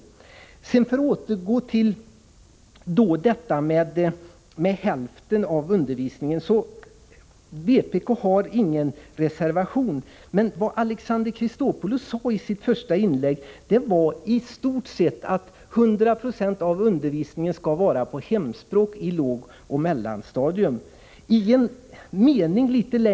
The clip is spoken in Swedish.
Låt mig sedan återgå till påståendet om en halvering av undervisningen. Vpk har ingen reservation, men vad Alexander Chrisopoulos sade i sitt första inlägg var i stort sett att 100 26 av undervisningen i lågoch mellanstadium skall vara på hemspråk.